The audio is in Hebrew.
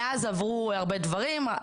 מאז עברו הרבה דברים,